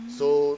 so